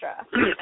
extra